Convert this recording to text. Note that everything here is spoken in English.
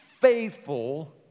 faithful